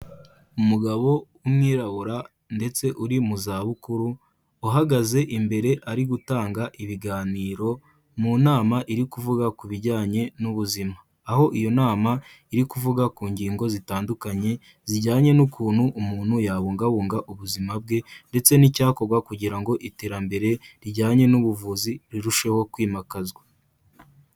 Umugabo w'umwirabura ndetse uri mu zabukuru, uhagaze imbere ari gutanga ibiganiro mu nama iri kuvuga ku bijyanye n'ubuzima, aho iyo nama iri kuvuga ku ngingo zitandukanye zijyanye n'ukuntu umuntu yabungabunga ubuzima bwe ndetse n'icyakorwa kugira ngo iterambere rijyanye n'ubuvuzi rirusheho kwimakazwa.